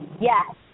Yes